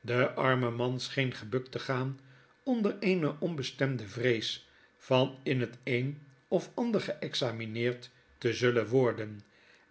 de arme man scheen gebukt te gaan onder eene onbestemde vrees van in het een of ander geexamineerd te zullen worden